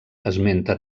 esmenta